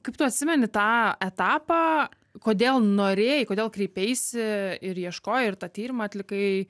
kaip tu atsimeni tą etapą kodėl norėjai kodėl kreipeisi ir ieškojo ir tą tyrimą atlikai